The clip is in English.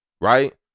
right